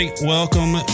Welcome